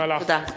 תודה.